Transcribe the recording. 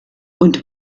und